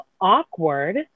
awkward